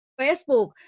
Facebook